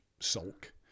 sulk